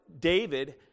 David